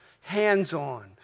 hands-on